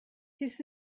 his